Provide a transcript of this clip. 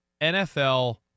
NFL